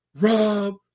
Rob